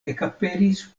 ekaperis